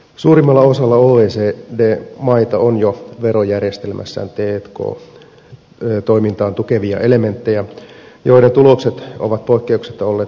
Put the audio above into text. suurimmalla osalla oecd maita on jo verojärjestelmässään t k toimintaa tukevia elementtejä joiden tulokset ovat poikkeuksetta olleet rohkaisevia